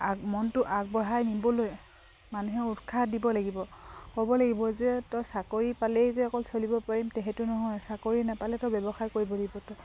আগ মনটো আগবঢ়াই নিবলৈ মানুহে উৎসাহ দিব লাগিব ক'ব লাগিব যে তই চাকৰি পালেই যে অকল চলিব পাৰিম তেহেতু নহয় চাকৰি নোপালে তো ব্যৱসায় কৰিব লাগিব তো